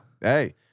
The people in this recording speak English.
Hey